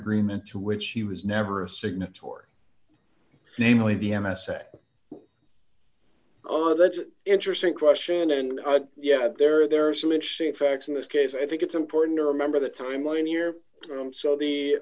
agreement to which he was never a signatory namely b m s a oh that's interesting question and yeah there are there are some interesting facts in this case i think it's important to remember the time line year so the